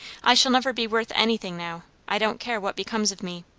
i shall never be worth anything now. i don't care what becomes of me.